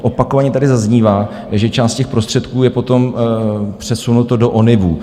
Opakovaně tady zaznívá, že část těch prostředků je potom přesunuto do ONIVů.